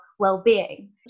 well-being